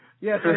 Yes